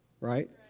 right